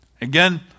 Again